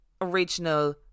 original